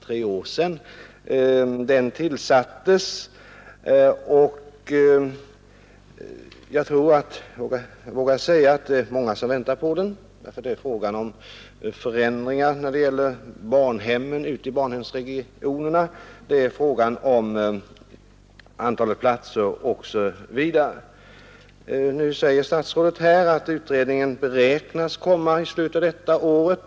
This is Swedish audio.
Det är tre år sedan den tillsattes, och jag vågar säga att många människor väntar på utredningens betänkande, eftersom utredningen ju arbetar med frågor som berör eventuella förändringar av barnhemmen ute i regionerna, antalet platser osv. Nu säger statsrådet fru Odhnoff att utredningen räknar med att avge sitt betänkande i slutet av detta år.